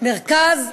מרכז ומגזרים.